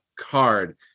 card